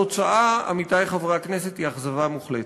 התוצאה, עמיתי חברי הכנסת, היא אכזבה מוחלטת.